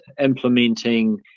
implementing